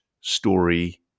story